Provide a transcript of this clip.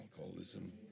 alcoholism